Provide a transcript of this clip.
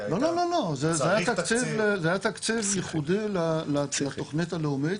לא, זה היה תקציב ייחודי לתוכנית הלאומית,